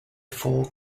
four